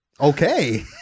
Okay